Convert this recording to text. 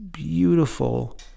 Beautiful